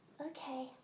Okay